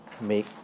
make